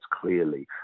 clearly